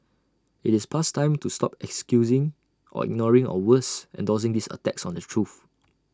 IT is past time to stop excusing or ignoring or worse endorsing these attacks on the truth